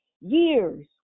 years